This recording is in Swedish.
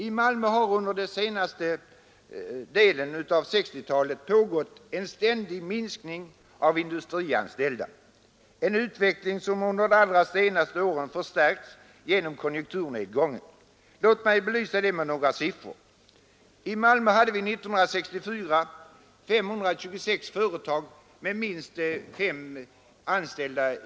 I Malmö har under den senaste delen av 1960-talet pågått en ständig minskning av antalet industrianställda, en utveckling som under de senaste åren förstärkts genom konjunkturnedgången. Låt mig belysa detta med några siffror. I Malmö hade vi 1964 526 företag med minst 5 anställda.